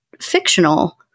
fictional